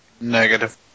Negative